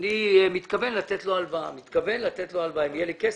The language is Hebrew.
אני מתכוון לתת לו הלוואה, אם יהיה לי כסף.